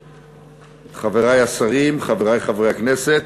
חברי השרים, חברי חברי הכנסת,